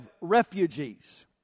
refugees